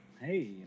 Hey